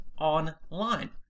online